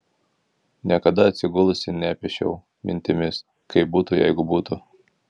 niekada atsigulusi nepiešiau mintimis kaip būtų jeigu būtų